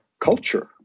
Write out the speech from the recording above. culture